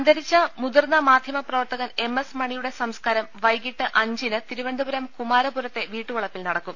അന്തരിച്ച മുതിർന്ന മാധ്യമപ്രവർത്തകൻ എം എസ് മണിയുടെ സംസ്കാരം വൈകീട്ട് അഞ്ചിന് തിരുപനന്തപുരം കുമാരപുരത്തെ വീട്ടു വളപ്പിൽ നടക്കും